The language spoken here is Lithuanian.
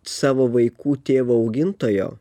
savo vaikų tėvo augintojo